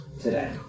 today